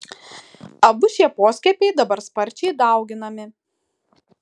abu šie poskiepiai dabar sparčiai dauginami